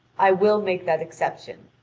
i will make that exception.